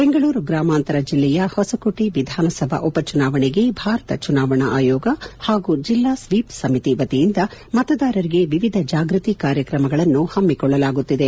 ಬೆಂಗಳೂರು ಗ್ರಾಮಾಂತರ ಜಿಲ್ಲೆಯ ಹೊಸಕೋಟೆ ವಿಧಾನಸಭಾ ಉಪಚುನಾವಣೆಗೆ ಭಾರತ ಚುನಾವಣೆ ಆಯೋಗ ಹಾಗೂ ಜಿಲ್ಲಾ ಸ್ವೀಪ್ ಸಮಿತಿ ವತಿಯಿಂದ ಮತದಾರರಿಗೆ ವಿವಿಧ ಜಾಗ್ಬತಿ ಕಾರ್ಕ್ರಮಗಳನ್ನು ಹಮ್ಮಿಕೊಳ್ಳಲಾಗುತ್ತಿದೆ